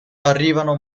arrivano